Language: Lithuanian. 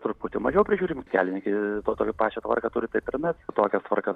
truputį mažiau prižiūrimi kelininkai to tokią pačią tvarką turi taip ir mes tokias tvarkas